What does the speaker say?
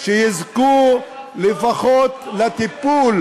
שיזכו לפחות לטיפול